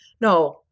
no